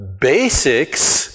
basics